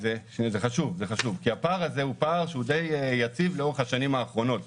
זה זה חשוב כי הפער הזה הוא פער שהוא די יציב לאורך השנים האחרונות.